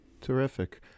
Terrific